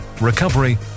recovery